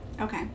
Okay